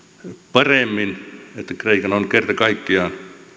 paremmin että kreikan on kerta kaikkiaan